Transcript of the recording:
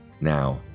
Now